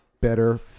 better